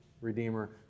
Redeemer